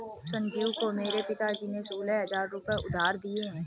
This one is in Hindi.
संजीव को मेरे पिताजी ने सोलह हजार रुपए उधार दिए हैं